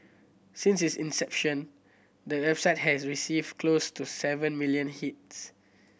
since its inception the website has received close to seven million hits